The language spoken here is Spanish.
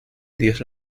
dios